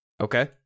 Okay